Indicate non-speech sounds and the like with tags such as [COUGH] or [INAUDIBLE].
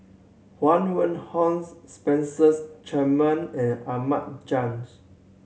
Huang Wenhong [UNINTELLIGIBLE] Spencer Chapman and Ahmad Jais